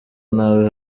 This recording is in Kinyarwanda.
nabi